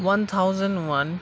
one thousand one